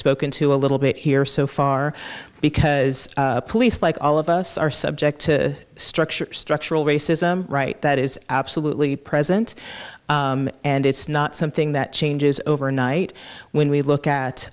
spoken to a little bit here so far because police like all of us are subject to structure structural racism right that is absolutely present and it's not something that changes overnight when we look at